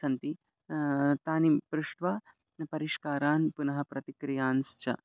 सन्ति तानि पृष्ट्वा परिष्कारान् पुनः प्रतिक्रियाश्च